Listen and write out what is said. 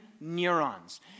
neurons